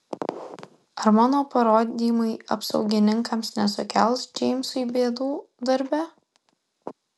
ar mano parodymai apsaugininkams nesukels džeimsui bėdų darbe